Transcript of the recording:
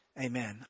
Amen